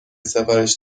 سفارش